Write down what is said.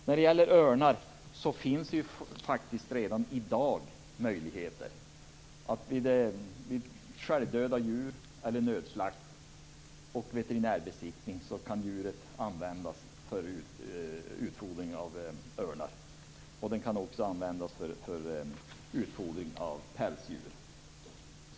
När det gäller örnar finns det faktiskt redan i dag möjligheter att efter veterinärbesiktning använda självdöda djur och djur från nödslakt för utfodring av örnar. De kan också användas för utfodring av pälsdjur.